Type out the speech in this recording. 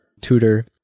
tutor